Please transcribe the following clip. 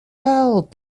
out